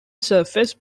surface